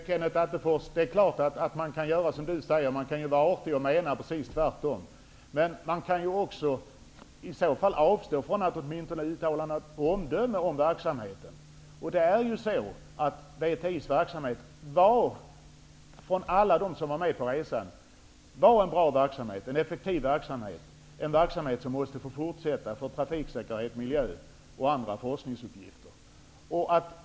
Herr talman! Jo, det är klart att man kan göra så, Kenneth Attefors. Man kan alltså vara artig men mena precis raka motsatsen. Men man kan ju avstå från att fälla ett omdöme om verksamheten. VTI:s verksamhet var, det ansåg alla de som var med på resan, bra och effektiv. Man ansåg att VTI:s verksamhet måste få fortsätta med tanke på trafiksäkerhet, miljö och andra forskningsuppgifter.